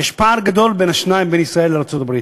יש פער גדול בין השניים, בין ישראל לארצות-הברית.